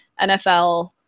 NFL